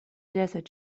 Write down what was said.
desert